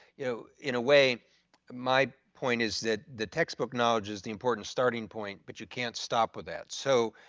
you know, in a way my point is that the textbook knowledge is the important starting point, but you can't stop with that. so